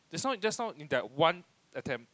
that's why just now in that one attempt